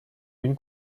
une